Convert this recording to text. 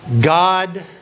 God